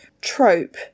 trope